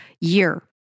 year